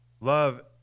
Love